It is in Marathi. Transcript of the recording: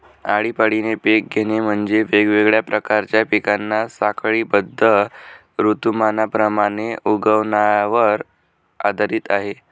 आळीपाळीने पिक घेणे म्हणजे, वेगवेगळ्या प्रकारच्या पिकांना साखळीबद्ध ऋतुमानाप्रमाणे उगवण्यावर आधारित आहे